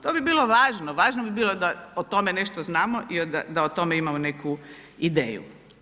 To bi bilo važno, važno bi bilo da o tome nešto znamo i da o tome imamo neku ideju.